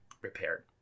repaired